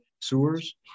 sewers